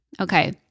Okay